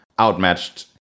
outmatched